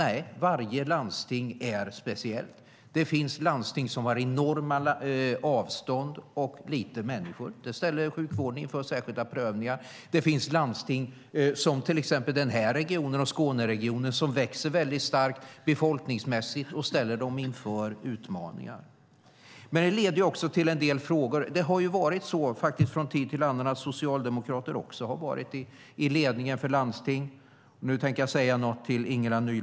Nej, varje landsting är speciellt. Det finns landsting som har enorma avstånd och få människor. Det ställer sjukvården inför särskilda prövningar. Det finns landsting, till exempel den här regionen och Skåneregionen, som växer väldigt starkt befolkningsmässigt, vilket ställer dem inför utmaningar. Det här leder till en del frågor. Det har ju varit så från tid till annan att socialdemokrater också har varit i ledningen för landsting.